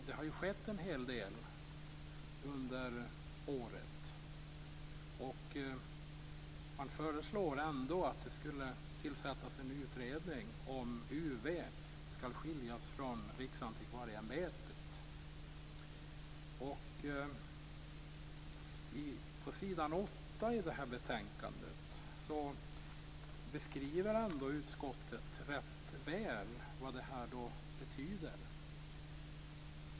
Det har ju skett en hel del under året. Man förslår ändå att det skall tillsättas en utredning om ifall UV skall skiljas från Riksantikvarieämbetet. På s. 8 i betänkandet beskriver utskottet rätt väl vad detta betyder.